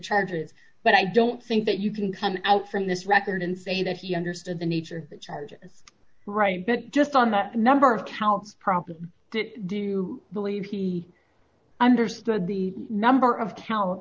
charges but i don't think that you can come out from this record and say that he understood the nature the charges right but just on the number of counts problem do you believe he understood the number of co